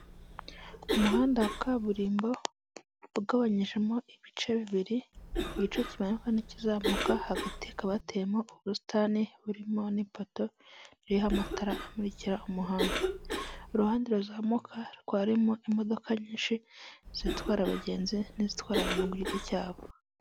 Umuhanda wa kaburimbo ugabanyijemo ibice bibiri igice kimanuka n'ikizamuka hagati hakaba hateyemo ubusitani burimo nipoto ririho amata amurikira umuhanda uruhande ruzamuka rwarimo imodoka nyinshi zitwara abagenzi n'izitwara abantu ku giti cyabo.